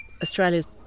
Australia's